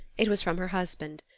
it was from her husband.